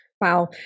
Wow